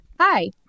Hi